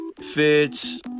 Fits